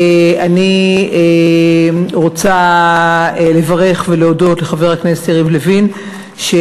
אני רוצה לברך את חבר הכנסת יריב לוין ולהודות לו על